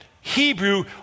Hebrew